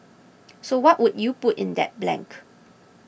so what would you put in that blank